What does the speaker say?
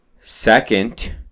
Second